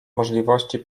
możności